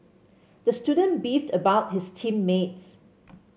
the student beefed about his team mates